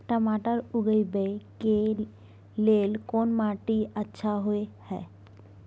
टमाटर उगाबै के लेल कोन माटी अच्छा होय है?